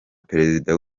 perezida